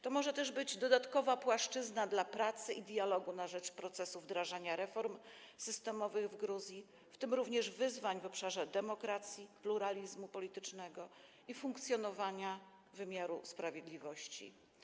To może też być dodatkowa płaszczyzna dla pracy i dialogu na rzecz procesu wdrażania reform systemowych w Gruzji, w tym również wyzwań w obszarze demokracji, pluralizmu politycznego i funkcjonowania wymiaru sprawiedliwości.